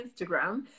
Instagram